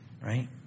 Right